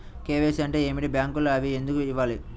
KYC అంటే ఏమిటి? బ్యాంకులో అవి ఎందుకు ఇవ్వాలి?